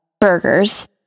burgers